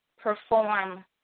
perform